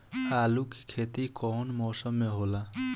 आलू के खेती कउन मौसम में होला?